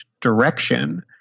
direction